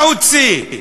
מה הוציא?